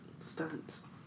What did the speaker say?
stunts